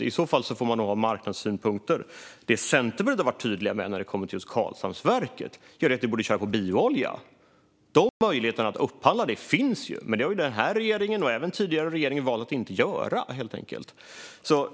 I så fall får man ha marknadssynpunkter. Det Centerpartiet har varit tydliga med när det kommer till just Karlshamnsverket är att det borde köra med bioolja. Möjligheterna att upphandla det finns, men denna regering och även tidigare regering har helt enkelt valt att inte göra det.